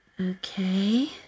Okay